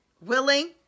Willing